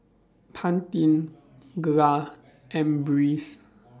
Pantene Gelare and Breeze